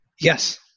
Yes